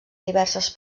diverses